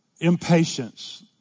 impatience